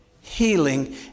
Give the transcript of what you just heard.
healing